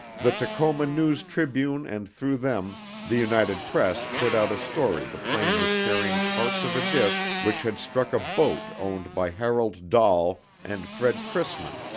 the tacoma news tribune and through them the united press put out a story the plane was carrying parts of a disc which had struck a boat owned by harold dahl and fred crisman,